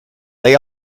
they